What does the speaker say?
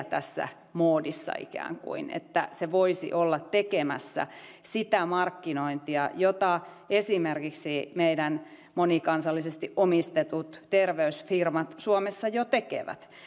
tässä moodissa että se voisi olla tekemässä sitä markkinointia jota esimerkiksi meidän monikansallisesti omistetut terveysfirmat suomessa jo tekevät